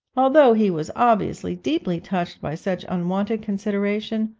although he was obviously deeply touched by such unwonted consideration,